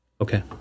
Okay